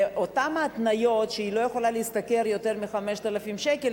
באותן ההתניות שלפיהן היא לא יכולה להשתכר יותר מ-5,000 שקלים,